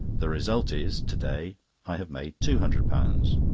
the result is, to day i have made two hundred pounds.